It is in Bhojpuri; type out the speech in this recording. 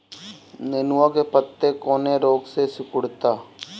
नेनुआ के पत्ते कौने रोग से सिकुड़ता?